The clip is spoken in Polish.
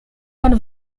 pan